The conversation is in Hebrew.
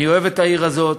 אני אוהב את העיר הזאת.